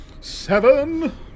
Seven